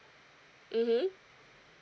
mmhmm